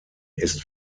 ist